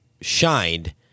shined